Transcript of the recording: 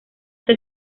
esta